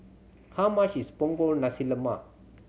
how much is Punggol Nasi Lemak